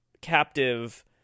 captive